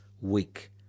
week